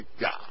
God